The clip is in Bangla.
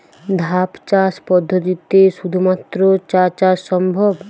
ধাপ চাষ পদ্ধতিতে শুধুমাত্র চা চাষ সম্ভব?